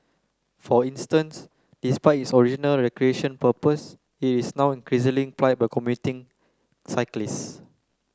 for instance despite its original recreation purpose it is now increasingly plied by commuting cyclists